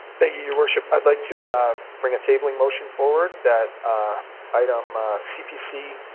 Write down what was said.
thank you, your worship. i'd like to bring a tabling motion forward that item cpc